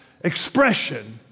expression